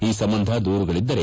ಈ ಸಂಬಂಧ ದೂರುಗಳಿದ್ದರೆ